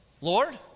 Lord